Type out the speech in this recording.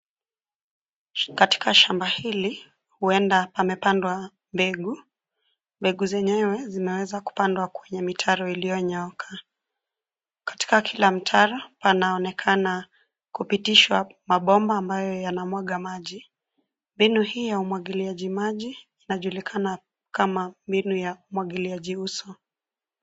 Katika shamba hili, huenda pamepandwa, mbegu, mbegu zenyewe zimeweza kupandwa kwenye mitaro iliyonyooka, katika kila mtaro, panaonekana kupitishwa mabomba ambayo yanamwaga maji, mbinu hii ya umwagiliaji maji, inajulikana kama, mbinu ya umwagiliaji uso.